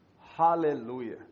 hallelujah